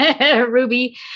ruby